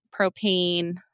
propane